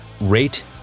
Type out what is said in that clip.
Rate